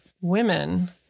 women